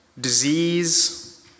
disease